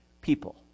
people